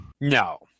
No